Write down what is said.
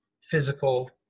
physical